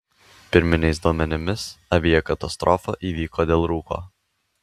pirminiais duomenimis aviakatastrofa įvyko dėl rūko